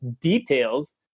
details